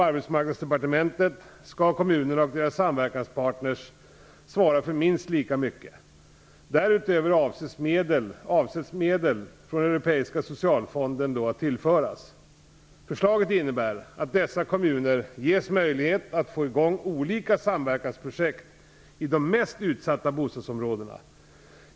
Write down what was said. Arbetsmarknadsdepartementet skall kommunerna och deras samverkanspartner svara för minst lika mycket. Därutöver avses medel från Europeiska socialfonden att tillföras. Förslaget innebär att dessa kommuner ges möjlighet att få igång olika samverkansprojekt i de mest utsatta bostadsområdena.